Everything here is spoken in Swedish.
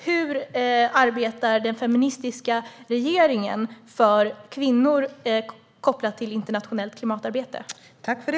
Hur arbetar den feministiska regeringen för kvinnor, kopplat till internationellt klimatarbete?